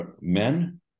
Men